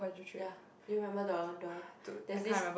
ya do you remember the the that this